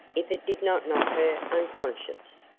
if it did not knock her unconscious.